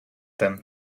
them